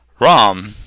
Rom